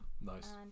Nice